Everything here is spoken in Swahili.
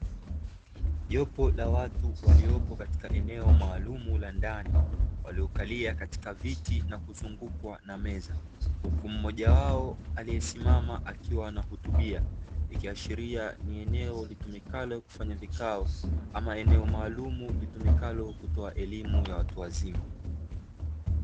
Jopo la watu waliopo katika eneo maalumu la ndani, waliokalia katika viti na kuzungukwa na meza, huku mmoja wao aliyesimama akiwa anahutubia, ikiashiia ni eneo litumikalo kufanya vikao, ama eneo maalumu litumiklo kutoa elimu ya watu wazima.